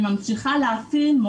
וממשיכה להפעיל,